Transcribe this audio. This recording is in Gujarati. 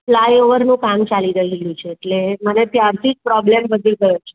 ફ્લાય ઓવરનું કામ ચાલી રહેલું છે એટલે મને ત્યારથી જ પ્રોબ્લેમ વધી ગયો છે